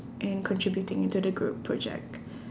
and contributing into the group project